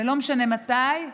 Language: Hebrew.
לא משנה מתי,